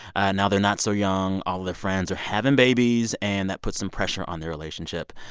and now, they're not so young. all of their friends are having babies, and that puts some pressure on their relationship.